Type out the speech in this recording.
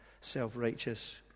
self-righteous